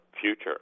future